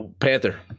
panther